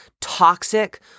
toxic